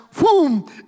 boom